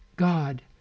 God